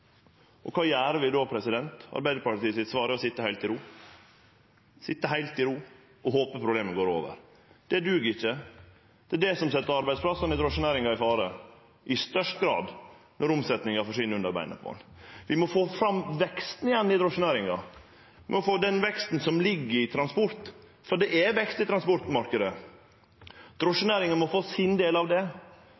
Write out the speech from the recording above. drosjemarknaden. Kva gjer vi då? Arbeidarpartiets svar er å sitje heilt i ro. Ein sit heilt i ro og håpar at problemet går over. Det duger ikkje. Det er det som set arbeidsplassane i drosjenæringa i fare i størst grad når omsetninga forsvinn under beina på ein. Vi må få fram veksten igjen i drosjenæringa – den veksten som ligg i transport, for det er vekst i